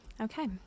Okay